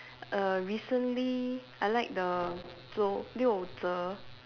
err recently I like the 周六者